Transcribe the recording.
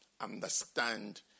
understand